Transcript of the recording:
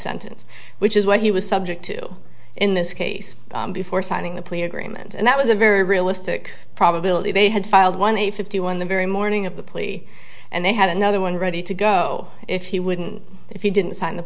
sentence which is what he was subject to in this case before signing the plea agreement and that was a very realistic probability they had filed one a fifty one the very morning of the plea and they had another one ready to go if he wouldn't if you didn't sign